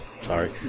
Sorry